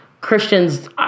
Christians